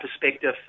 perspective